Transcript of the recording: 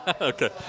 Okay